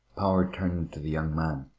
power turned to the young man.